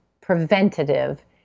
preventative